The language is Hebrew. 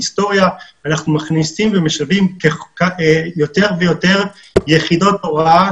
בהיסטוריה ואנחנו מכניסים ומשלבים יותר ויותר יחידות הוראה